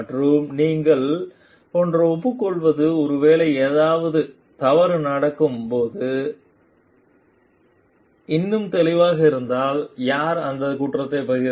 மற்றும் நீங்கள் போன்ற ஒப்புக்கொள்வது ஒருவேளை ஏதாவது ஏதாவது தவறு நடக்கும் போது இந்த இன்னும் தெளிவாக இருந்தால் யார் அது குற்றம் பகிர்ந்து